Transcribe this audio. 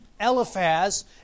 Eliphaz